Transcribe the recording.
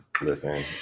Listen